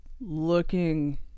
looking